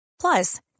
Plus